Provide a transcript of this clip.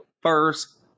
first